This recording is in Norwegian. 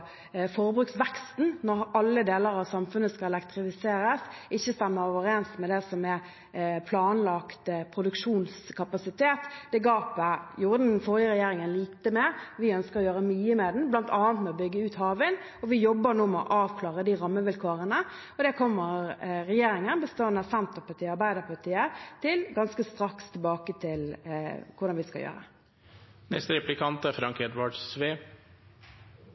forbruksveksten, når alle deler av samfunnet skal elektrifiseres, ikke stemmer overens med det som er planlagt produksjonskapasitet. Det gapet gjorde den forrige regjeringen lite med. Vi ønsker å gjøre mye med det, bl.a. ved å bygge ut havvind, og vi jobber nå med å avklare de rammevilkårene. Det kommer regjeringen, bestående av Senterpartiet og Arbeiderpartiet, ganske straks tilbake til hvordan vi skal gjøre. 35 pst. av straumforbruket i Noreg er